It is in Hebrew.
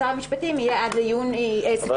של שירה חייבים שתהיה פה ענישה הולמת.